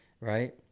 Right